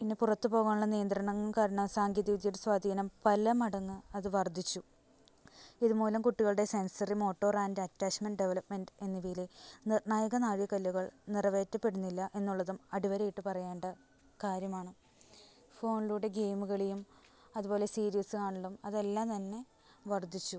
പിന്നെ പുറത്ത് പോകാനുള്ള നിയന്ത്രണങ്ങൾ കാരണം സാങ്കേതിക വിദ്യയുടെ സ്വാധീനം പല മടങ്ങ് അത് വർധിച്ചു ഇത് മൂലം കുട്ടികളുടെ sensory motor and attachment development എന്നിവയിലെ നിർണ്ണായക നാഴിക കല്ലുകൾ നിറവേറ്റപ്പെടുന്നില്ല എന്നുള്ളതും അടിവരയിട്ട് പറയേണ്ട കാര്യമാണ് ഫോണിലൂടെ ഗെയിമ് കളിയും അതുപോലെ സീരിയൽസ് കാണലും അതെല്ലാം തന്നെ വർധിച്ചു